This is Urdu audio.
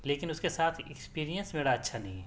لیکن اس کے ساتھ ایکسپرینس میرا اچھا نہیں ہے